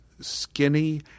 skinny